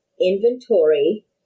inventory